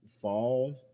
fall